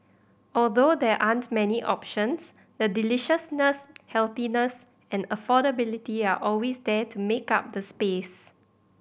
although there aren't many options the deliciousness healthiness and affordability are always there to make up the space